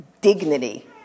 dignity